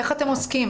איך אתם עוסקים?